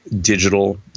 digital